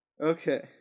Okay